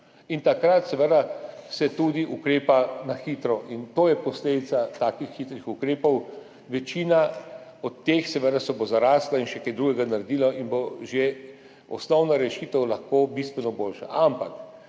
Takrat se seveda tudi ukrepa na hitro in to je posledica takih hitrih ukrepov. V večini od teh se bo seveda zaraslo in še kaj drugega naredilo in bo že osnovna rešitev lahko bistveno boljša.